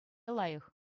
лайӑх